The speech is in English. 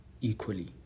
equally